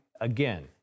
again